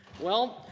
well,